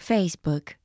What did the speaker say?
Facebook